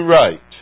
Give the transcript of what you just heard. right